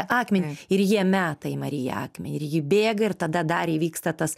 akmenį ir jie meta į mariją akme ir ji bėga ir tada dar įvyksta tas